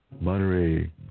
Monterey